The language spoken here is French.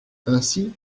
ainsi